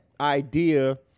idea